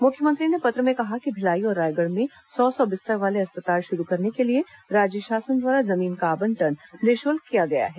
मुख्यमंत्री ने पत्र में कहा है कि भिलाई और रायगढ़ में सौ सौ बिस्तर वाले अस्पताल शुरू करने के लिए राज्य शासन द्वारा जमीन का आवंटन निःशुल्क किया गया है